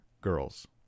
girls